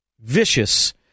vicious